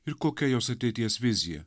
ir kokia jos ateities vizija